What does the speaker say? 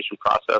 process